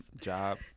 job